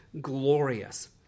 glorious